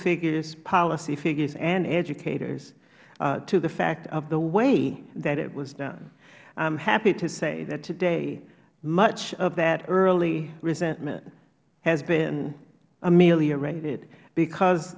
figures policy figures and educators to the fact of the way that it was done i am happy to say that today much of that early resentment has been ameliorated because